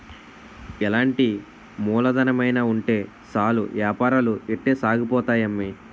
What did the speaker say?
ఎలాంటి మూలధనమైన ఉంటే సాలు ఏపారాలు ఇట్టే సాగిపోతాయి అమ్మి